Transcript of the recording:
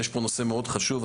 יש פה נושא מאוד חשוב,